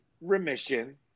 remission